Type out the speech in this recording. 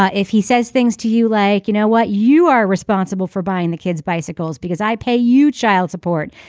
ah if he says things to you like you know what you are responsible for buying the kid's bicycle because i hey you child support.